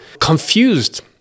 confused